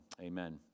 amen